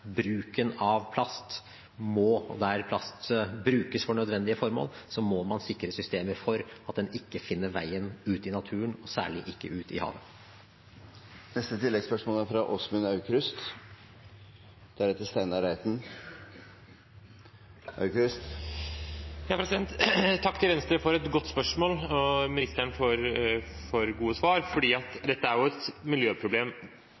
der plast brukes for nødvendige formål, må man sikre at det er systemer for at det ikke finner veien ut i naturen, og særlig ikke ut i havet. Åsmund Aukrust – til oppfølgingsspørsmål. Takk til Venstre for et godt spørsmål og til ministeren for gode svar. Dette er et miljøproblem